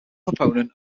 proponent